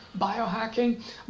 biohacking